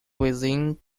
within